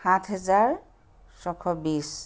সাত হেজাৰ ছয়শ বিশ